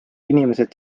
inimesed